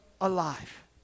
alive